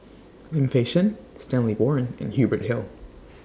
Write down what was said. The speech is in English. Lim Fei Shen Stanley Warren and Hubert Hill